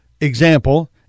example